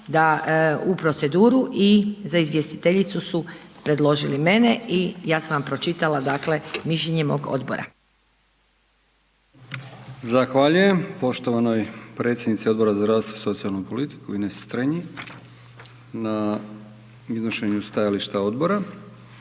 da u proceduru i za izvjestiteljicu su predložili mene i ja sam vam pročitala dakle mišljenje mog odbora. **Brkić, Milijan (HDZ)** Zahvaljujem poštovanoj predsjednici Odbora za zdravstvo i socijalnu politiku Ines Strenji, na iznošenju stajališta odbora.